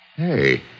Hey